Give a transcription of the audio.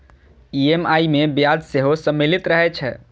EMI मे ब्याज सेहो सम्मिलित रहै छै